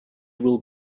will